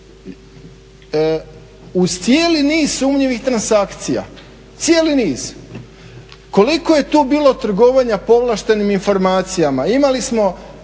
uz cijeli niz sumnjivih transakcija, cijeli niz. Koliko je tu bilo trgovanja povlaštenim informacijama? Imali smo